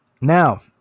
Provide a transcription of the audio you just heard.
now